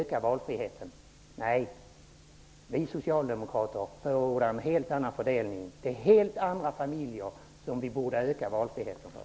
Nej, vi socialdemokrater förordar en helt annan fördelning. Det är helt andra familjer vi borde öka valfriheten för.